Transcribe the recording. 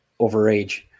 overage